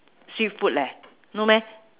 sweet food leh no meh